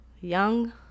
Young